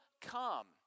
come